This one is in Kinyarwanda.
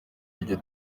iryo